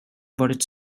varit